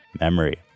memory